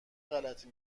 غلطی